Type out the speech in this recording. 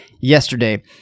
yesterday